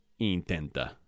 intenta